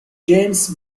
james